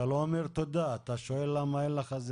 אתה לא אומר תודה, אתה שואל למה אין לך...